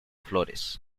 flores